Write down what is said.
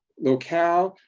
locale.